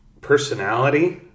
personality